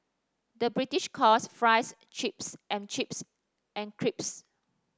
the British calls fries chips and chips and crisps